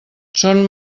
són